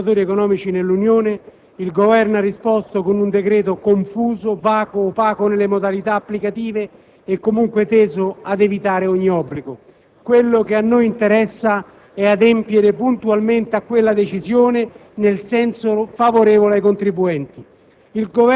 tra gli operatori economici nell'Unione Europea, il Governo ha risposto con un decreto confuso, vago, opaco nelle modalità applicative e comunque teso ad evitare ogni obbligo. Ciò che a noi interessa è adempiere puntualmente a quella decisione nel senso favorevole ai contribuenti.